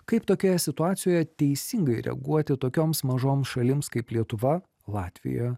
kaip tokioje situacijoje teisingai reaguoti tokioms mažoms šalims kaip lietuva latvija